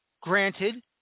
...granted